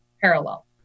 parallel